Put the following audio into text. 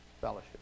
fellowship